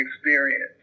experience